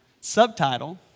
Subtitle